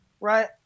right